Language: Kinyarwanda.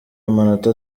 amanota